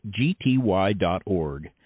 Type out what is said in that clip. gty.org